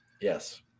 Yes